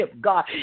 God